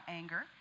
anger